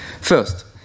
First